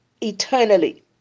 eternally